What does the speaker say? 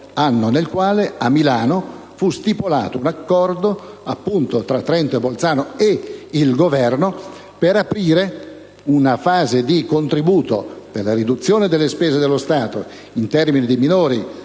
anno nel quale a Milano fu stipulato un accordo tra le due Province autonome e il Governo per aprire una fase di contributo per la riduzione delle spese dello Stato in termini di minori